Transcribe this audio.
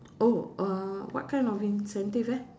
oh uh what kind of incentive eh